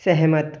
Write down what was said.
सहमत